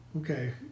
okay